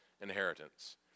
inheritance